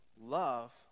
love